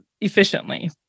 efficiently